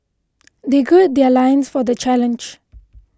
they gird their loins for the challenge